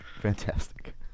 fantastic